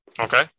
okay